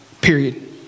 Period